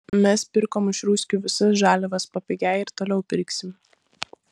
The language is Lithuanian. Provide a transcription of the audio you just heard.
mes pirkom iš ruskių visas žaliavas papigiai ir toliau pirksim